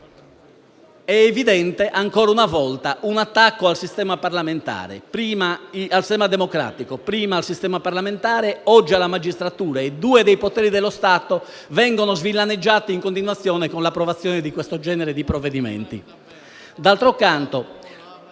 evidente, ancora una volta, un attacco al sistema democratico: prima al sistema parlamentare e oggi alla magistratura. Due dei poteri dello Stato vengono svillaneggiati in continuazione, con l'approvazione di questo genere di provvedimenti. D'altro canto,